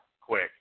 quick